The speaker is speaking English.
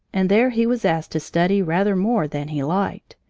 and there he was asked to study rather more than he liked.